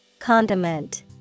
Condiment